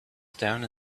stone